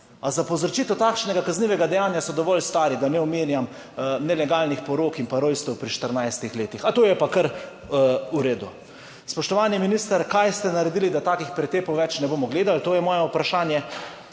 A za povzročitev takšnega kaznivega dejanja so dovolj stari, da ne omenjam nelegalnih porok in pa rojstev pri 14 letih, a to je pa kar v redu? Spoštovani minister, kaj ste naredili, da takih pretepov več ne bomo gledali, to je moje vprašanje,